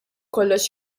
kollox